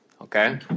Okay